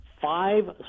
five